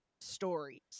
stories